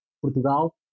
Portugal